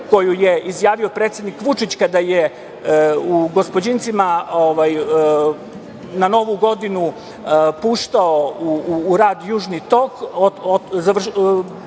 koju je izjavio predsednik Vučić kada je u gospođincima na Novu Godinu puštao u rad Južni tok